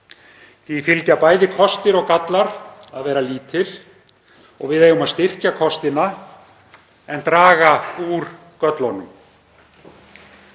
Því fylgja bæði kostir og gallar að vera lítil og við eigum að styrkja kostina en draga úr göllunum.